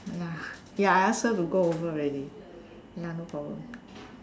ya ya I ask her to go over already ya no problem